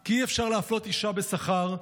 כי אי-אפשר להפלות אישה בשכר,